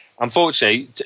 Unfortunately